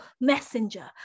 messenger